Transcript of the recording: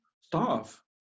staff